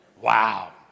Wow